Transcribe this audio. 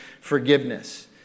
forgiveness